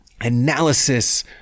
analysis